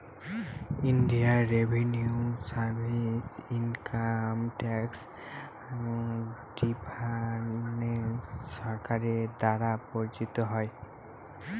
Indian revenue service income tax department সরকারের দ্বারা পরিচালিত হয়